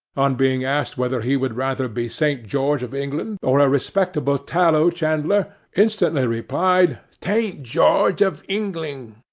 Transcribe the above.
on being asked whether he would rather be saint george of england or a respectable tallow-chandler, instantly replied, taint george of ingling.